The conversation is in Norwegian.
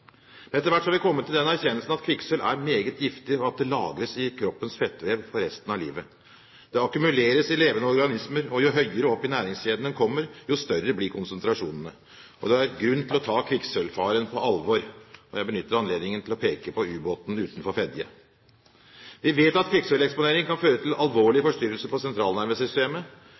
Etter hvert har vi kommet til den erkjennelsen at kvikksølv er meget giftig, og at det lagres i kroppens fettvev for resten av livet. Det akkumuleres i levende organismer, og jo høyere opp i næringskjeden en kommer, jo større blir konsentrasjonene. Det har vært grunn til å ta kvikksølvfaren på alvor, og jeg benytter anledningen til å peke på ubåten utenfor Fedje. Vi vet at kvikksølveksponering kan føre til alvorlig forstyrrelse på